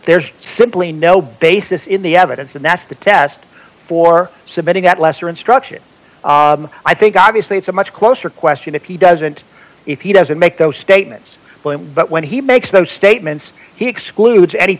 there's simply no basis in the evidence and that's the test for submitting that lesser instruction i think obviously it's a much closer question if he doesn't if he doesn't make those statements point but when he makes those statements he excludes any